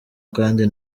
kandi